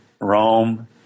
Rome